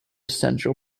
central